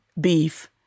beef